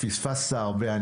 פספסת הרבה,